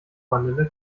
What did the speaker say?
vanille